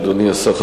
אדוני השר,